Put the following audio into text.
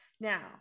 Now